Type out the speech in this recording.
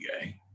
gay